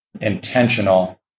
intentional